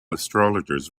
astrologers